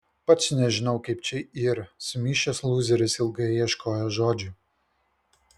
pats nežinau kaip čia yr sumišęs lūzeris ilgai ieškojo žodžių